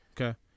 Okay